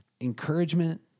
Encouragement